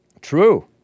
true